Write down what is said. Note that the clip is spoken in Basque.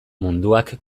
munduak